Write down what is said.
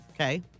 Okay